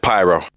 Pyro